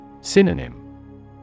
Synonym